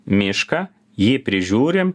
mišką jį prižiūrim